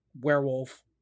werewolf